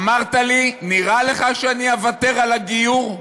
אמרת לי: נראה לך שאני אוותר על הגיור?